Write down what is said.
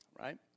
right